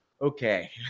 Okay